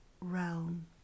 realm